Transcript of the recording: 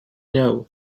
know